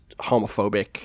homophobic